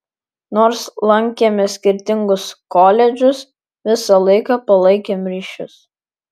nors lankėme skirtingus koledžus visą laiką palaikėm ryšius